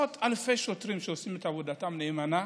עשרות אלפי שוטרים שעושים את עבודתם נאמנה,